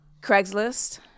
Craigslist